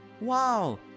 Wow